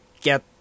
get